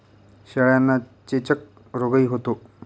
शेळ्यांना चेचक रोगही होतो